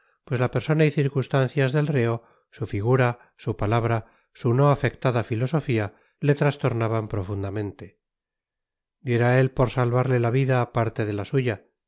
pues la persona y circunstancias del reo su figura su palabra su no afectada filosofía le trastornaban profundamente diera él por salvarle la vida parte de la suya